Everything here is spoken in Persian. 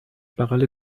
بغل